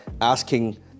Asking